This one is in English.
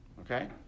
Okay